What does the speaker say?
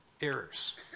errors